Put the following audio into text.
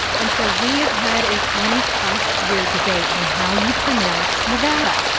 and so we've had a twenty plus year debate on how you pronounce nevada.